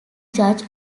judge